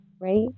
right